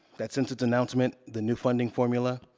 that since its announcement the new funding formula,